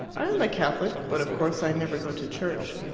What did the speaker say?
i am a catholic, but of course i never go to church.